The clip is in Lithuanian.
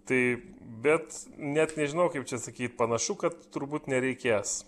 tai bet net nežinau kaip čia sakyt panašu kad turbūt nereikės